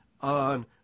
on